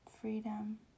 freedom